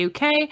uk